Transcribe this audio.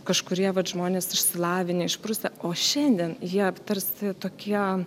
kažkurie vat žmonės išsilavinę išprusę o šiandien jie tarsi tokie